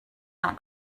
not